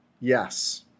Yes